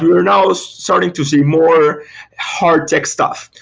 we are now so starting to see more hard tech stuff.